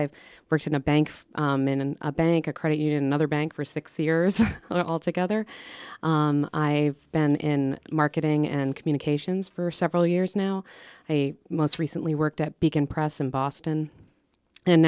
i've worked in a bank in a bank a credit union another bank for six years altogether i've been in marketing and communications for several years now a most recently worked at beacon press in boston and